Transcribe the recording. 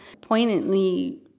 poignantly